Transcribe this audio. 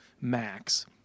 max